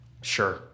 Sure